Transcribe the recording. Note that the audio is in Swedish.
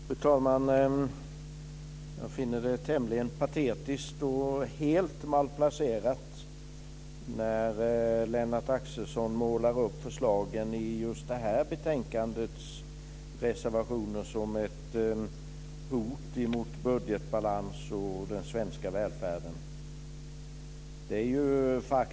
Fru talman! Jag finner det tämligen patetiskt och helt malplacerat när Lennart Axelsson målar upp förslagen i det här betänkandets reservationer som ett hot mot budgetbalansen och den svenska välfärden.